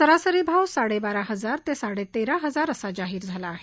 सरासरी भाव साडेबारा हजार ते साडेतेरा हजार असा जाहीर झाला आहे